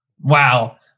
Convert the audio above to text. Wow